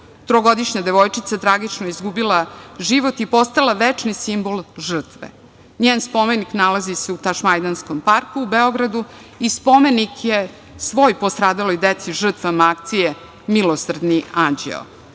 Trogodišnja devojčica tragično je izgubila život i postala večni simbol žrtve. Njen spomenik nalazi se u Tašmajdanskom parku u Beogradu i spomenik je svoj postradaloj deci žrtvama akcije „milosrdni anđeo“.